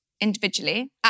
individually